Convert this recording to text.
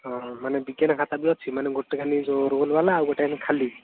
ଅ ହ ମାନେ ବିଜ୍ଞାନ ଖାତା ବି ଅଛି ମାନେ ଗୋଟେ ଖାଲି ଯେଉଁ ରୋଲ୍ ବାଲା ଆଉ ଗୋଟେ ଖାଲି